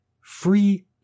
free